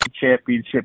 championship